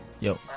Yo